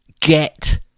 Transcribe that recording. get